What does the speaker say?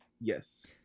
Yes